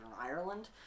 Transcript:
Ireland